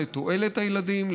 לתועלת הילדים,